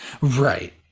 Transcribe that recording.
Right